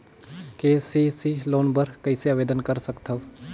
KCC loan बर कइसे आवेदन कर सकथव?